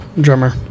drummer